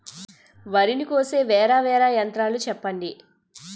వరి ని కోసే వేరా వేరా యంత్రాలు చెప్పండి?